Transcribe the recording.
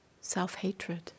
self-hatred